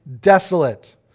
desolate